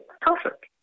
Perfect